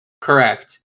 correct